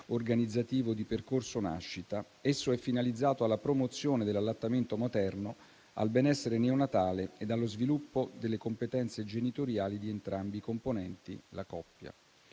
organizzativo di percorso nascita, esso è finalizzato alla promozione dell'allattamento materno, al benessere neonatale e allo sviluppo delle competenze genitoriali di entrambi i componenti la coppia.